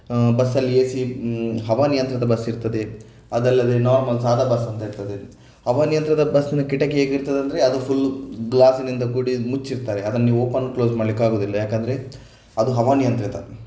ಬಸ್ಸಲ್ಲಿ A C ಹವಾನಿಯಂತ್ರಿತ bus ಇರ್ತದೆ ಅದಲ್ಲದೆ ನಾರ್ಮಲ್ ಸಾದಾ ಬಸ್ ಅಂತ ಇರ್ತದೆ ಹವಾನಿಯಂತ್ರಿತ ಬಸ್ನ ಕಿಟಕಿ ಹೇಗಿರ್ತದಂದ್ರೆ ಅದು ಫುಲ್ ಗ್ಲಾಸಿನಿಂದ ಕೂಡಿ ಮುಚ್ಚಿರ್ತಾರೆ ಅದನ್ನು ನೀವು ಓಪನ್ ಕ್ಲೋಸ್ ಮಾಡಲಿಕ್ಕೆ ಆಗುವುದಿಲ್ಲ ಯಾಕೆಂದರೆ ಅದು ಹವಾನಿಯಂತ್ರಿತ